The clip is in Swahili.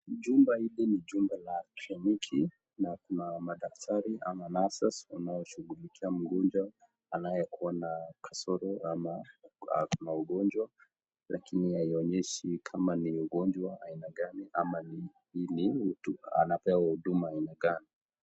Jumba hili ni jumba la kielektoniki na kuna na kuna madaktari ama nurses wanashughulikia mgonjwa anayekuwa na kasoro ama ako na ugonjwa lakini haionyeshi kama ni ugonjwa aina gani, ama hii ni mtu napewa huduma aina gani.